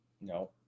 No